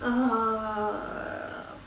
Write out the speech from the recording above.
uh